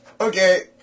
Okay